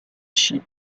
she